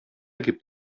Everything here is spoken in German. gibt